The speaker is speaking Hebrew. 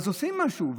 אז עושים משהו.